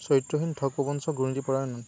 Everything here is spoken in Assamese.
চৰিত্ৰহীন ঠগ প্ৰ্ৰবঞ্চক